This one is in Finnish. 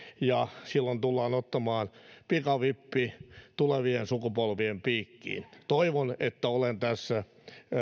ja silloin tullaan ottamaan pikavippi tulevien sukupolvien piikkiin toivon että olen tässä